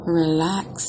relax